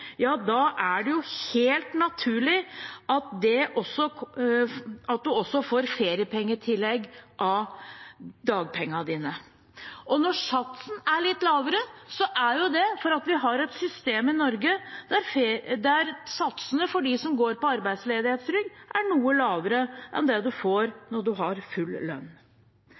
er det helt naturlig at man også får feriepengetillegg av dagpengene. Og når satsen er litt lavere, er det fordi vi har et system i Norge der satsene for de som går på arbeidsledighetstrygd, er noe lavere enn det man får når man har full lønn.